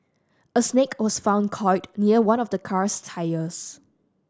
a snake was found coiled near one of the car's tyres